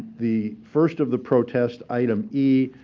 the first of the protests, item e,